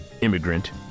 immigrant